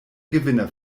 gewinner